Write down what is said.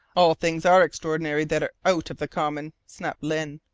all things are extraordinary that are out of the common, snapped lyne.